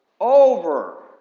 over